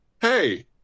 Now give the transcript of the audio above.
Hey